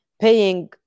paying